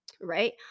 right